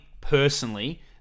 personally